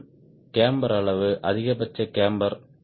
மற்றும் கேம்பர் அளவு அதிகபட்ச கேம்பர்